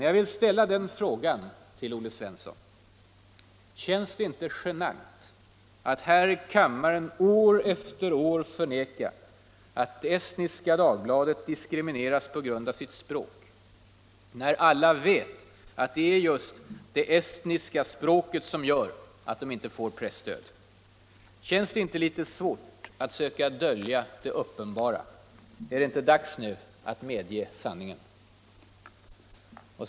Jag vill ställa den frågan till Olle Svensson: Känns det inte genant att här i kammaren år efter år förneka att Estniska Dagbladet diskrimineras på grund av sitt språk när alla vet att det är just det estniska språket som gör att den inte får presstöd? Känns det inte litet svårt att söka dölja det uppenbara? Är det inte dags nu att medge sanningen?